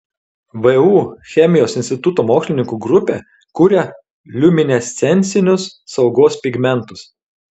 vu chemijos instituto mokslininkų grupė kuria liuminescencinius saugos pigmentus